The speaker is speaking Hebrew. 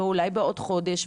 ואולי בעוד חודש,